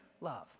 love